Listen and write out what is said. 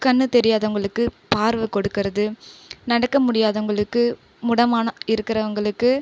கண் தெரியாதவங்களுக்கு பார்வை கொடுக்கிறது நடக்க முடியாதவங்களுக்கு முடமான இருக்கிறவங்களுக்கு